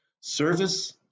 service